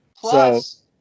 Plus